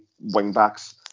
wing-backs